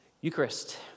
Eucharist